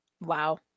Wow